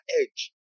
edge